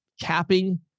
capping